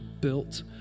built